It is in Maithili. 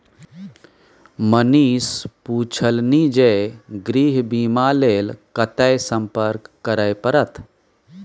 मनीष पुछलनि जे गृह बीमाक लेल कतय संपर्क करय परत?